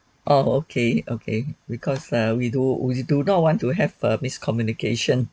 oh okay okay because err we do we do not want to have a miscommunication